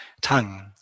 tongue